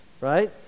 right